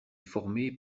formé